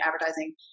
advertising